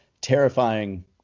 terrifying